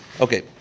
Okay